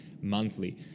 monthly